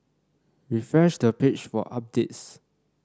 refresh the page for updates